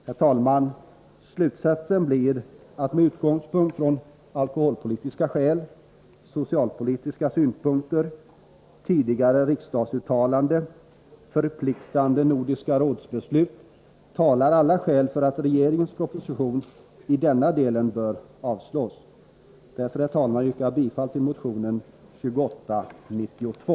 Herr talman! Slutsatsen blir att, med utgångspunkt i alkoholpolitiska skäl, socialpolitiska synpunkter, tidigare riksdagsuttalande, förpliktande beslut i Nordiska rådet, alla skäl talar för att regeringens proposition i denna del bör avslås. Därför, herr talman, yrkar jag bifall till motion 2892.